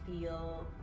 feel